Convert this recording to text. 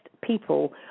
people